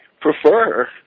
prefer